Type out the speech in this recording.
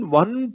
one